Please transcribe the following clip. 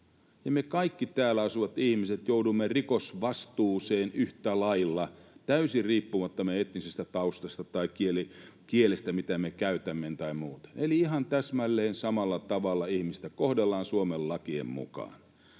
me kaikki täällä asuvat ihmiset joudumme rikosvastuuseen yhtä lailla, täysin riippumatta meidän etnisestä taustasta tai kielistä, mitä me käytämme, tai muusta. Eli ihan täsmälleen samalla tavalla ihmistä kohdellaan Suomen lakien mukaan.